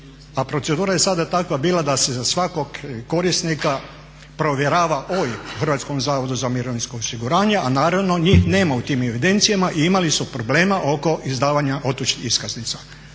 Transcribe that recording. a procedura je sada takva bila da se za svakog korisnika provjerava OIB u Hrvatskom zavodu za mirovinsko osiguranje, a naravno njih nema u tim evidencijama i imali su problema oko izdavanja otočnih iskaznica.